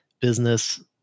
business